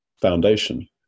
foundation